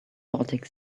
baltic